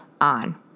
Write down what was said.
on